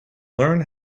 learn